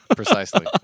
precisely